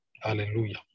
Hallelujah